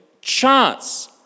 chance